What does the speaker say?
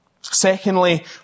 Secondly